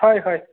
হয় হয়